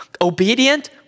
obedient